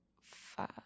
five